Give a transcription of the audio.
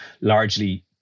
largely